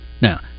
Now